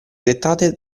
dettate